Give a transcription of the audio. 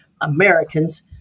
Americans